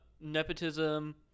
nepotism